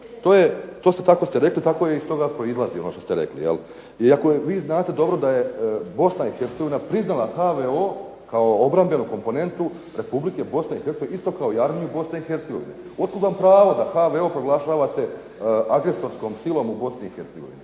Tako ste rekli, tako iz toga proizlazi ono što ste rekli. I ako, vi znate dobro da je Bosna i Hercegovina priznala HVO kao obrambenu komponentu Republike Bosne i Hercegovine isto kao i Armiju Bosne i Hercegovine. Otkud vam pravo da HVO proglašavate agresorskom silom u Bosni i Hercegovini